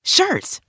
Shirts